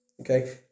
Okay